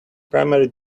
primary